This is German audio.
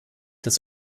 des